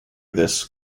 this